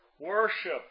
Worship